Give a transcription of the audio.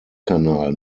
kanal